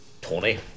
tony